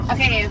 Okay